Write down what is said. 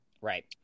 Right